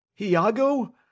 Iago